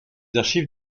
archives